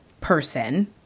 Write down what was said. person